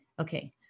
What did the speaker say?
Okay